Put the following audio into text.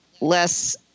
less